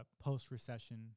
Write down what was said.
post-recession